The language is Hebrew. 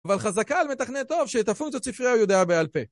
אבל חזקה על מתכנת טוב שאת הפונקציות ספרייה הוא יודע בעל פה